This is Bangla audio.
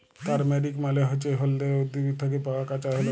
তারমেরিক মালে হচ্যে হল্যদের উদ্ভিদ থ্যাকে পাওয়া কাঁচা হল্যদ